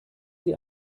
sie